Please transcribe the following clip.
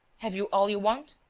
have you all you want?